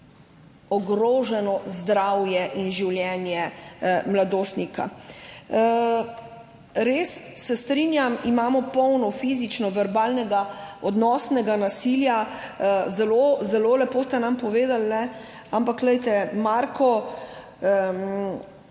ogroženo zdravje in življenje mladostnika. Res je, se strinjam, imamo polno fizično, verbalnega, odnosnega nasilja. Zelo, zelo lepo ste nam povedali, ampak glejte, Marko